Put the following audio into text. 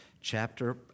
chapter